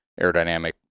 aerodynamic